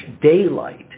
daylight